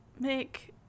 make